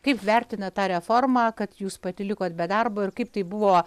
kaip vertinat tą reformą kad jūs pati likot be darbo ir kaip tai buvo